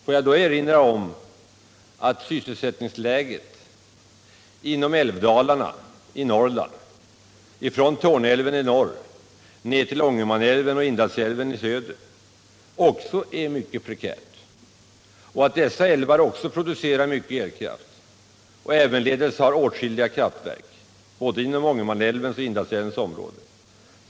Får jag då erinra om att sysselsättningsläget inom älvdalarna i Norrland från Torne älv i norr ned till Ångermanälven och Indalsälven i söder också är mycket prekärt och att dessa älvar producerar mycket elkraft och har åtskilliga kraftverk inom t.ex. Ångermanälvens och Indalsälvens områden.